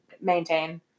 maintain